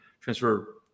transfer